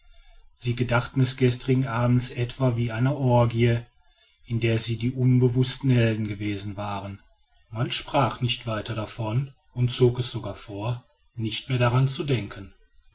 sie gedachten des gestrigen abends etwa wie einer orgie in der sie die unbewußten helden gewesen waren man sprach nicht weiter davon und zog es sogar vor nicht mehr daran zu denken